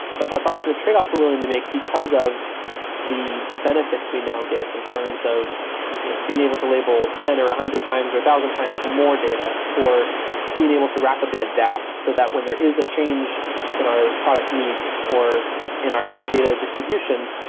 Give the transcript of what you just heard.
but that's often a tradeoff we're willing to make because of the benefits we now get in terms of you know being able to label ten or one hundred times or a thousand times more data or being able to rapidly adapt so that when there is a change in our product needs or in our data distribution,